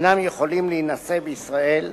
שאינם יכולים להינשא בישראל,